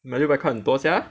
拿六百块很多 sia